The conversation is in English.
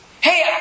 hey